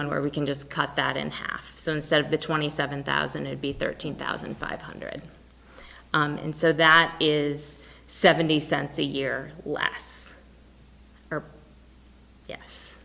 one where we can just cut that in half so instead of the twenty seven thousand it be thirteen thousand five hundred and so that is seventy cents a year last ye